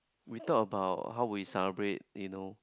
we talk about how we celebrate you know